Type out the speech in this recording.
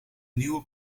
nieuwe